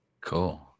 Cool